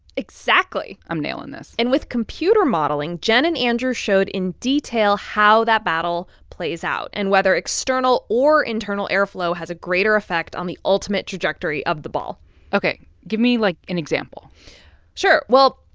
exactly i'm nailing this and with computer modeling, jenn and andrew showed in detail how that battle plays out and whether external or internal airflow has a greater effect on the ultimate trajectory of the ball ok, give me, like, an example sure. well,